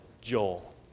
Joel